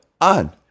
on